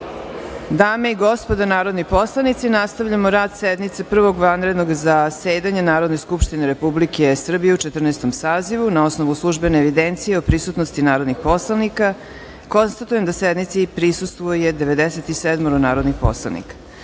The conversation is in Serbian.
Dame i gospodo narodni poslanici, nastavljamo rad sednice Prvog vanrednog zasedanja Narodne skupštine Republike Srbije u Četrnaestom sazivu. Na osnovu službene evidencije o prisutnosti narodnih poslanika, konstatujem da sednici prisustvuje 97 narodnih poslanika. Radi